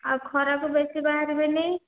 ଆଉ ଖରା କୁ ବେଶି ବାହାରିବେନି